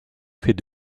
fait